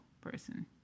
person